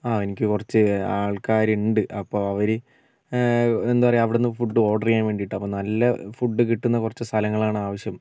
ആ എനിക്ക് കുറച്ച് ആൾക്കാരുണ്ട് അപ്പോൾ അവർ എന്താ പറയാ അവിടുന്ന് ഫുഡ് ഓർഡർ ചെയ്യാൻ വേണ്ടിയിട്ടാണ് അപ്പോൾ നല്ല ഫുഡ് കിട്ടുന്ന കുറച്ച് സ്ഥലങ്ങളാണ് ആവശ്യം